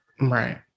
Right